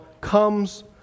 comes